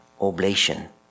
oblation